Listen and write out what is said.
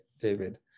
David